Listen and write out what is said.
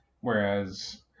Whereas